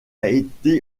été